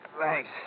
Thanks